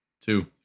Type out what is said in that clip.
two